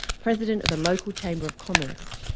president of the local chamber of commerce.